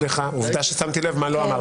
עובדה ששמתי לב מה לא אמרת.